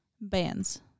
bands